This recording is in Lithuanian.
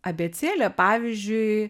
abėcėlė pavyzdžiui